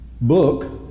book